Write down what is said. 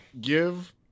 give